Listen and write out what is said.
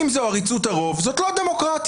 אם זו עריצות הרוב זאת לא דמוקרטיה.